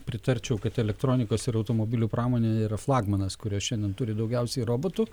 pritarčiau kad elektronikos ir automobilių pramonė yra flagmanas kurios šiandien turi daugiausiai robotų